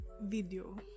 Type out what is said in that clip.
video